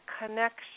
connection